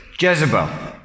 Jezebel